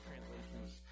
Translations